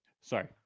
sorry